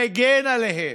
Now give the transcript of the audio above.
מגן עליהן,